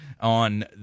on